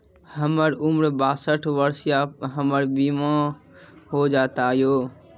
हमर उम्र बासठ वर्ष या हमर बीमा हो जाता यो?